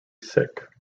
sick